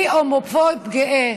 אני הומופוב גאה?